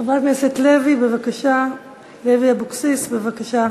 חברת הכנסת לוי אבקסיס, בבקשה,